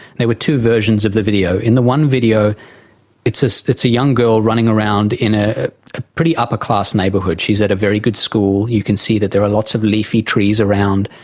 there were two versions of the video. in the one video it's it's a young girl running around in a pretty upper-class neighbourhood. she is at a very good school, you can see that there are lots of leafy trees around,